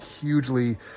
hugely